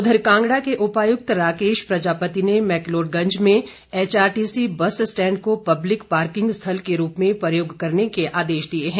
उधर कांगड़ा के उपायुक्त राकेश प्रजापति ने मैकलोडगंज में H R T C bus stand को पब्लिक पार्किंग स्थल के रूप में प्रयोग करने के आदेश दिए हैं